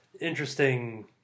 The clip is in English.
interesting